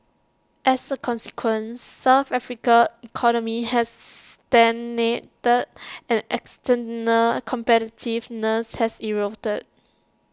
as A consequence south Africa economy has stagnated and external competitiveness has eroded